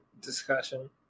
discussion